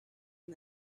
and